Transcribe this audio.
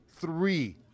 three